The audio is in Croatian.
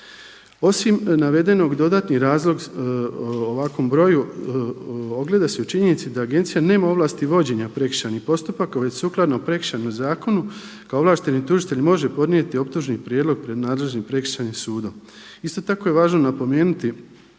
Osim navedenog dodatni razlog ovakvom broju ogleda se u činjenici da agencija nema ovlasti vođenja prekršajnih postupaka, već sukladno prekršajnom zakonu kao ovlašteni tužitelj može podnijeti optužni prijedlog pred nadležnim prekršajnim sudom. Isto tako je važno napomenuti